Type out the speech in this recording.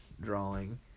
drawing